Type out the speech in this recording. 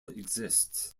exists